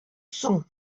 соң